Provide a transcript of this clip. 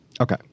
Okay